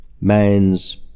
Man's